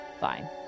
fine